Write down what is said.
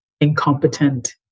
incompetent